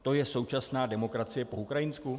To je současná demokracie po ukrajinsku?